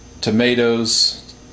tomatoes